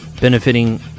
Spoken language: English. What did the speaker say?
benefiting